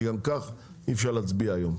כי גם ככה אי אפשר להצביע היום.